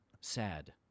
sad